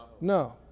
No